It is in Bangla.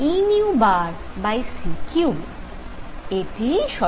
এটিই সঠিক সূত্র